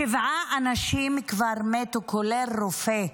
שבעה אנשים כבר מתו, כולל רופא,